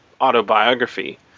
autobiography